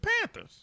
Panthers